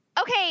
Okay